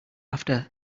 after